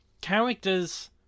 Characters